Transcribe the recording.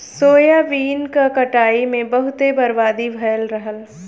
soybean क कटाई में बहुते बर्बादी भयल रहल